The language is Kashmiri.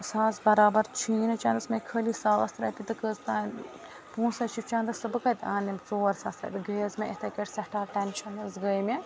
ساس بَرابر چھُیی نہٕ چَنٛدَس میٚے خٲلی ساس رۄپیہِ تہٕ کٔژ تانۍ پونٛسٔے چھِ چَنٛدس تہٕ بہٕ کَتہِ اَنہٕ یم ژور ساس رۄپیہِ گٔے حظ مےٚ یِتھٔے کٲٹھۍ سٮ۪ٹھاہ ٹیٚنشَن حظ گٔے مےٚ